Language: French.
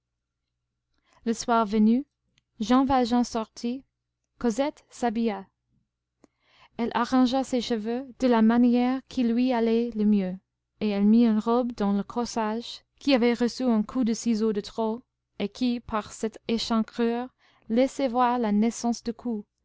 le soir venu jean valjean sortit cosette s'habilla elle arrangea ses cheveux de la manière qui lui allait le mieux et elle mit une robe dont le corsage qui avait reçu un coup de ciseau de trop et qui par cette échancrure laissait voir la naissance du cou